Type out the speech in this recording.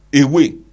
away